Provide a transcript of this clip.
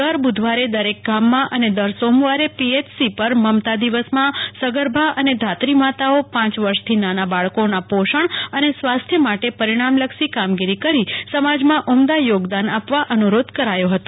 દર બુધવારે દરેક ગામમાં અને અને દર સોમવારે પીએચસી પર મમતા દિવસમાં સગર્ભા અને ધાત્રી માતાઓ પાંચ વર્ષથી નાના બાળકોના પોષણ અને સ્વાસ્થ્ય માટે લાગણી રાખી પરિણામલક્ષી કામગીરી કરી સમાજમાં ઉમદા યોગદાન આપવા અનુરોધ કરાયો ફતો